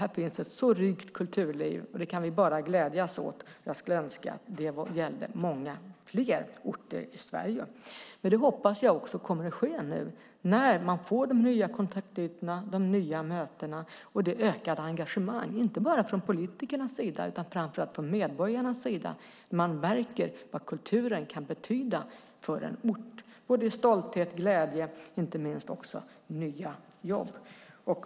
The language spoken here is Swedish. Här finns ett så rikt kulturliv, och det kan vi bara glädjas åt. Jag skulle önska att det gällde många fler orter i Sverige. Jag hoppas att detta också kommer att ske nu när man får de nya kontaktytorna, de nya mötena och det ökade engagemanget - inte bara från politikernas sida utan framför allt från medborgarnas sida. Man märker vad kulturen kan betyda för en ort både i stolthet och glädje och inte minst i nya jobb.